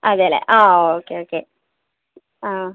അതേലെ ആ ഓക്കെ ഡദകോബ ഓക്കെ ഡദകോബ ആ